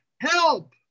Help